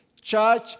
Church